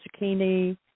zucchini